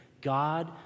God